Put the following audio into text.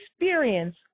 experience